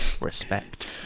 respect